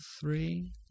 three